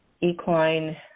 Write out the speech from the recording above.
equine